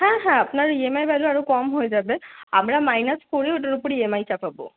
হ্যাঁ হ্যাঁ আপনার ইএমআই ভ্যালু আরও কম হয়ে যাবে আমরা মাইনাস করে ওটার উপরে ইএমআই চাপাব